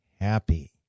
happy